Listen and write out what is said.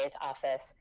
office